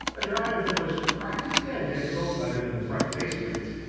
a drive that was practically identical other than the front faceplate.